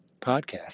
podcast